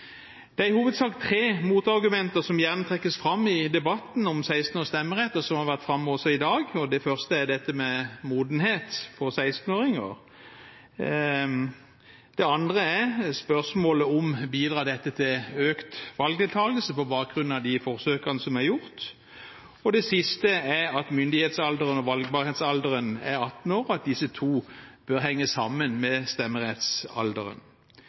Det er i hovedsak tre motargumenter som gjerne trekkes fram i debatten om 16-års stemmerett, og som også har vært framme i dag. Det første er dette med modenhet for 16-åringer. Det andre er spørsmålet om dette bidrar til økt valgdeltakelse, på bakgrunn av de forsøkene som er gjort. Det siste er at myndighetsalderen og valgbarhetsalderen er 18 år, og at disse to bør henge sammen med stemmerettsalderen.